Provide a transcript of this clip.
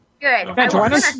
Good